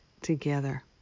together